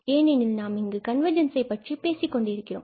ஏனெனில் நாம் இங்கு கன்வர்ஜென்ஸ் பற்றி பேசிக் கொண்டிருக்கிறோம்